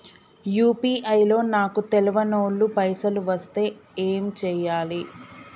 UPI లో నాకు తెల్వనోళ్లు పైసల్ ఎస్తే ఏం చేయాలి?